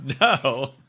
No